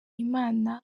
imana